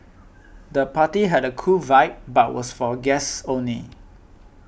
the party had a cool vibe but was for guests only